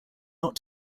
not